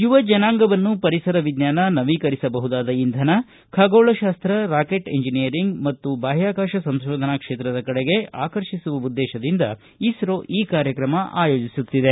ಯುವ ಜನಾಂಗವನ್ನು ಪರಿಸರ ವಿಚ್ಚಾನ ನವೀಕರಿಸಬಹುದಾದ ಇಂಧನ ಖಗೋಳಶಾಸ್ತ ರಾಕೆಟ್ ಎಂಜಿನಿಯರಿಂಗ್ ಮತ್ತು ಬಾಹ್ಕಾಕಾಶ ಸಂತೋಧನಾ ಕ್ಷೇತ್ರದ ಕಡೆಗೆ ಆಕರ್ಷಿಸುವ ಉದ್ದೇಶದಿಂದ ಇಸ್ತೋ ಈ ಕಾರ್ಯಕ್ರಮ ಆಯೋಜಿಸುತ್ತಿದೆ